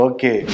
Okay